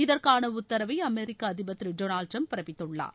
இதற்கான உத்தரவை அமெரிக்க அதிபர் திரு டொனால்டு டிரம்ப் பிறப்பித்துள்ளார்